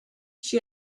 she